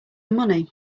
money